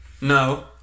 No